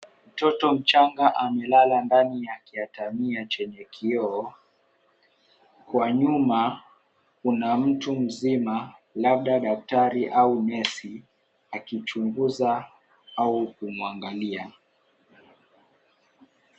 Mtoto mchanga amelala ndani ya kiatamia chenye kioo, kwa nyuma kuna mtu mzima labda daktari au nesi akichunguza au kumuangalia.